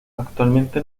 actualmente